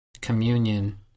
communion